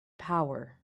power